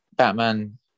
Batman